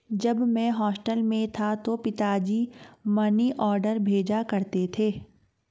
जब मैं हॉस्टल में था तो पिताजी मनीऑर्डर भेजा करते थे